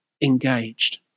engaged